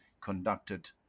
conducted